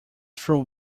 through